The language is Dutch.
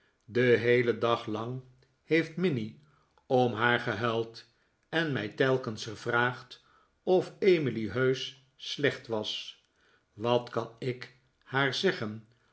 den heelen dag lang heeft minnie om haar gehuild en mij telkens gevraagd of emily heusch slecht was wat kan ik haar zeggen